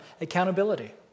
accountability